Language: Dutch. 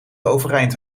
overeind